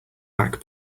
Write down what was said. back